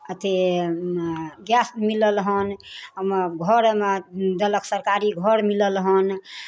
अथी गैस मिलल हन हम घरमे देलक सरकारी घर मिलल हन